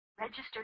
Registered